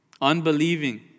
unbelieving